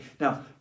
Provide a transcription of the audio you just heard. now